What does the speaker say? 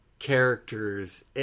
characters